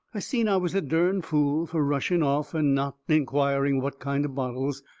i seen i was a dern fool fur rushing off and not inquiring what kind of bottles,